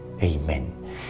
Amen